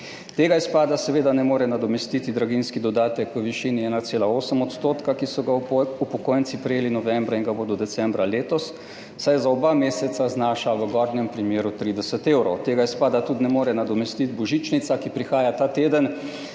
Tega izpada seveda ne more nadomestiti draginjski dodatek v višini 1,8 %, ki so ga upokojenci prejeli novembra in ga bodo tudi decembra letos, saj za oba meseca znaša v gornjem primeru 30 evrov. Tega izpada tudi ne more nadomestiti božičnica, ki prihaja ta teden,